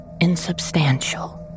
insubstantial